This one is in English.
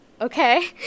okay